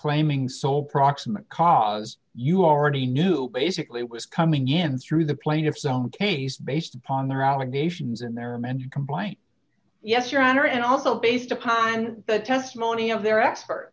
claiming sole proximate cause you already knew basically was coming in through the plaintiff's own case based upon their allegations and there are many complaint yes your honor and also based upon the testimony of their expert